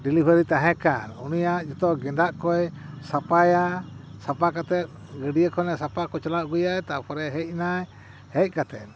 delivery ᱛᱟᱦᱮᱸᱠᱟᱱ ᱩᱱᱤᱭᱟᱜ ᱡᱚᱛᱚ ᱜᱮᱸᱫᱟᱜ ᱠᱚᱭ ᱥᱟᱯᱟᱭᱟ ᱥᱟᱯᱟ ᱠᱟᱛᱮᱫ ᱜᱟᱹᱰᱭᱟᱹ ᱠᱷᱚᱱᱮ ᱥᱟᱯᱟ ᱠᱚᱪᱞᱟᱣ ᱟᱹᱜᱩᱭᱟᱭ ᱛᱟᱯᱚᱨᱮ ᱦᱮᱡ ᱱᱟᱭ ᱦᱮᱡ ᱠᱟᱛᱮᱫ